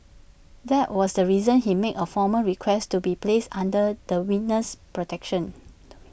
that was the reason he made A formal request to be placed under the witness protection